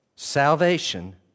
Salvation